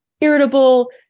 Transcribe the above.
irritable